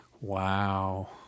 Wow